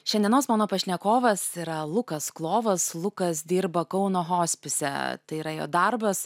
šiandienos mano pašnekovas yra lukas klovas lukas dirba kauno hospise tai yra jo darbas